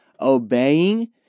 obeying